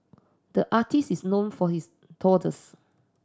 the artist is known for his doodles